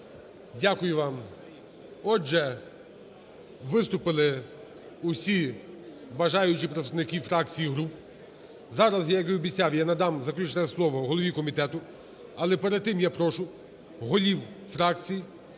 Дякую вам. Отже, виступили усі бажаючі представники фракцій і груп. Зараз, як і обіцяв, я надам заключне слово голові комітету. Але перед тим я прошу голів фракцій